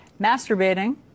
masturbating